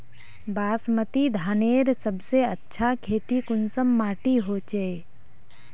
बासमती धानेर सबसे अच्छा खेती कुंसम माटी होचए?